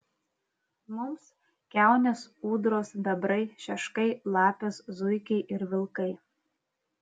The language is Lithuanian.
mums kiaunės ūdros bebrai šeškai lapės zuikiai ir vilkai